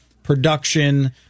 Production